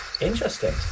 interesting